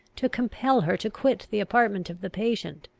to compel her to quit the apartment of the patient.